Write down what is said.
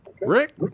Rick